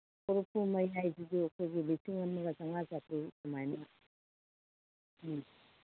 ꯀꯣꯔꯐꯨ ꯃꯌꯥꯏꯗꯨꯁꯨ ꯑꯩꯈꯣꯏꯒꯤ ꯂꯤꯁꯤꯡ ꯑꯃꯒ ꯆꯝꯉꯥ ꯆꯥꯇ꯭ꯔꯨꯛ ꯑꯗꯨꯃꯥꯏꯅ ꯎꯝ